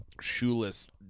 Shoeless